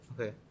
Okay